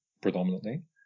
predominantly